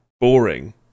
boring